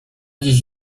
dziś